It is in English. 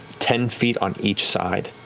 ten feet on each side.